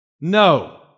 No